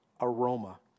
aroma